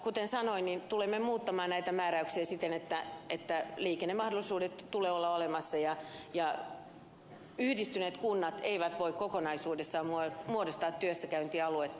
kuten sanoin tulemme muuttamaan näitä määräyksiä siten että liikennemahdollisuuksien tulee olla olemassa ja yhdistyneet kunnat eivät voi kokonaisuudessaan muodostaa työssäkäyntialuetta